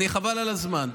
חבל על הזמן.